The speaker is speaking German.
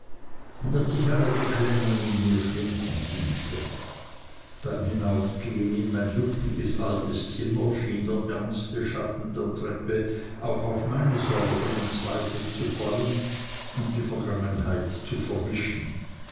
daß ich alle beklemmung in mir schwinden fühlte beim hinaufgehen in mein luftiges altes zimmer schien der ernste schatten der treppe auch auf meine sorgen und zweifel zu fallen und die vergangenheit zu verwischen